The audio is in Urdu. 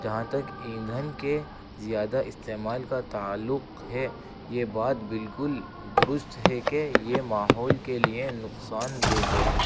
جہاں تک ایندھن کے زیادہ استعمال کا تعلق ہے یہ بات بالکل درست ہے کہ یہ ماحول کے لیے نقصان دہ ہے